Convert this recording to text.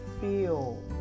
feel